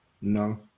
No